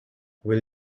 will